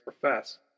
profess